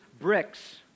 bricks